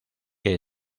que